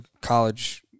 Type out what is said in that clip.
college